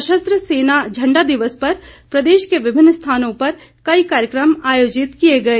सशस्त्र सेना झण्डा दिवस पर प्रदेश के विभिन्न स्थानों पर कई कार्यक्रम आयोजित किए गए